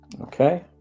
Okay